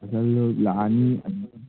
muscle ꯂꯥꯛꯑꯅꯤ ꯑꯗꯨꯝ